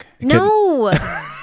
No